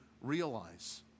realize